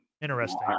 Interesting